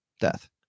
death